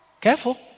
Careful